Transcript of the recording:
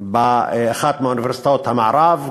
באחת מאוניברסיטאות המערב,